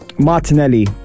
Martinelli